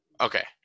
Okay